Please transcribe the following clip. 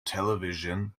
television